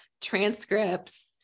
transcripts